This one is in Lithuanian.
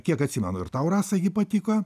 kiek atsimenu ir tau rasa ji patiko